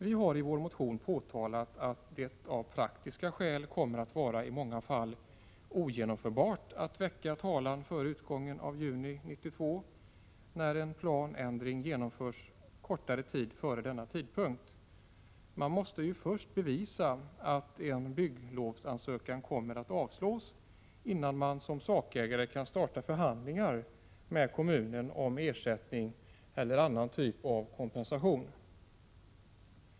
Vi har i vår motion påtalat att det av praktiska skäl i många fall kommer att vara ogenomförbart att väcka talan före utgången av juni 1992, när en planändring genomförs en kortare tid före denna tidpunkt. Man måste ju först bevisa att en bygglovsansökan kommer att avslås, innan man som sakägare kan starta förhandlingar med kommunen om ersättning eller annan kompensation.